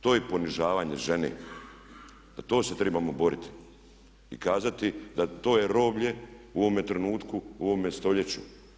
To je ponižavanje žene, za to se trebamo boriti i kazati da to je roblje u ovome trenutku, u ovome stoljeću.